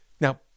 Now